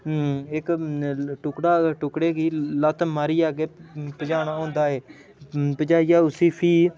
इक इक टुकड़ा टुकड़े गी गी लत्त मारियै अग्गें पजाना होंदा ऐ पजाइयै उस्सी फ्ही